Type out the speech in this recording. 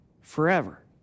Forever